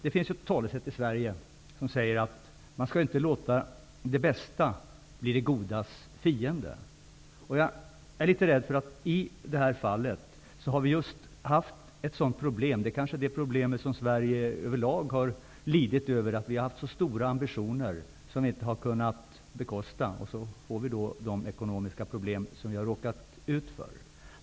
Det finns ju ett talesätt i Sverige som lyder: Man skall inte låta det bästa bli det godas fiende. Jag är litet rädd för att vi just i detta fall har haft ett sådant problem. Det kanske är det problem som Sverige över lag har lidit av, nämligen att vi har haft stora ambitioner som vi inte har kunnat bekosta. Då får vi de ekonomiska problem som vi har råkat ut för.